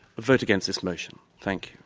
vote against this motion. thank